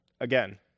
Again